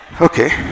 okay